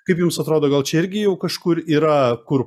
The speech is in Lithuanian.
kaip jums atrodo gal čia irgi jau kažkur yra kur